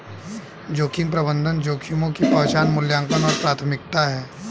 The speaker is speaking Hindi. जोखिम प्रबंधन जोखिमों की पहचान मूल्यांकन और प्राथमिकता है